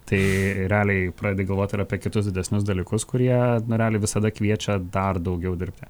tai realiai pradedi galvot ir apie kitus didesnius dalykus kurie nu realiai visada kviečia dar daugiau dirbti